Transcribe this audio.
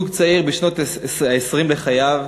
זוג צעיר בשנות ה-20 לחייו,